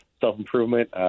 self-improvement